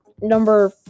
Number